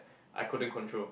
I couldn't control